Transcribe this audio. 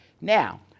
now